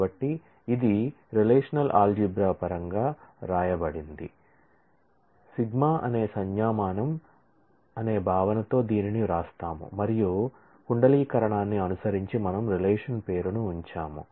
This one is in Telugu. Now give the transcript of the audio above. కాబట్టి ఇది రిలేషనల్ ఆల్జీబ్రా ని అనుసరించి మనం రిలేషన్ పేరును ఉంచాము